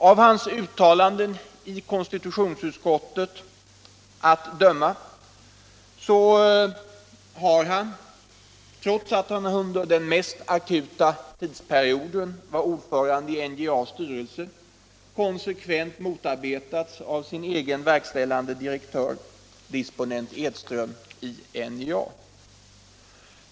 Av hans uttalanden inför utskottet att döma så har han, trots att han under den mest akuta tidsperioden var ordförande i NJA:s styrelse, konsekvent motarbetats av sin egen verkställande direktör, disponent Edström i NJA.